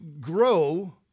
grow